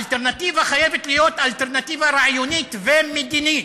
האלטרנטיבה חייבת להיות אלטרנטיבה רעיונית ומדינית.